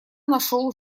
нашел